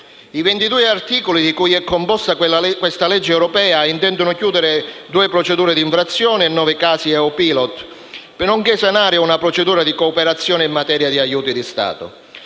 I 22 articoli di cui è composto il disegno di legge in esame intendono chiudere due procedure d'infrazione e 9 casi EU Pilot, nonché sanare una procedura di cooperazione in materia di aiuti di Stato.